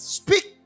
speak